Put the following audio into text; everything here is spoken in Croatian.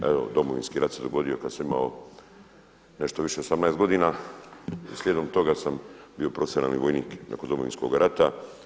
Evo Domovinski rat se dogodio kada sam imao nešto više od 18 godina i slijedom toga sam bio profesionalni vojnik nakon Domovinskoga rata.